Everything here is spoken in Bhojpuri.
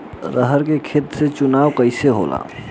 अरहर के खेत के चुनाव कइसे होला?